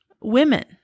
Women